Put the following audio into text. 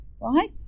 right